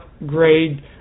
upgrade